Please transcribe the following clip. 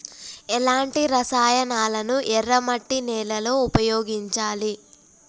ఎలాంటి రసాయనాలను ఎర్ర మట్టి నేల లో ఉపయోగించాలి?